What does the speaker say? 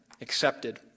Accepted